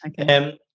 Okay